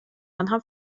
آنها